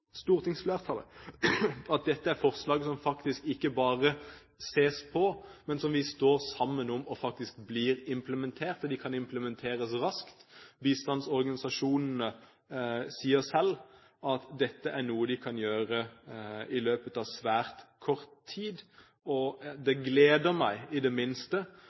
stortingsflertallet – på at dette er forslag som ikke bare ses på, men som vi står sammen om, og som faktisk blir implementert. Og det kan implementeres raskt. Bistandsorganisasjonene sier selv at dette er noe de kan gjøre i løpet av svært kort tid. Det gleder meg i det minste